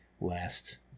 Last